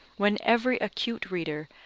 when every acute reader,